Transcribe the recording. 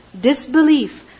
Disbelief